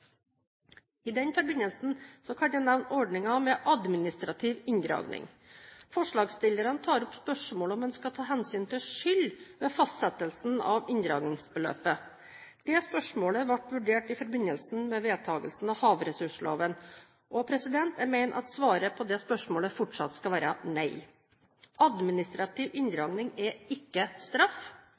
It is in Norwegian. I denne forbindelse kan jeg nevne ordningen med administrativ inndragning. Forslagsstillerne tar opp spørsmålet om en skal ta hensyn til skyld ved fastsettelsen av inndragningsbeløpet. Det spørsmålet ble vurdert i forbindelse med vedtakelsen av havressursloven, og jeg mener at svaret på det spørsmålet fortsatt skal være nei. Administrativ inndragning er ikke straff.